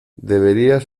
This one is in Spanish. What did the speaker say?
deberías